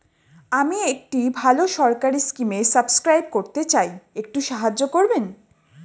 আমি একটি ভালো সরকারি স্কিমে সাব্সক্রাইব করতে চাই, একটু সাহায্য করবেন?